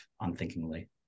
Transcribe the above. unthinkingly